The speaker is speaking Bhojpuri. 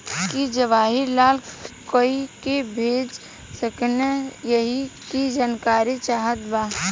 की जवाहिर लाल कोई के भेज सकने यही की जानकारी चाहते बा?